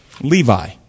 Levi